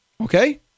Okay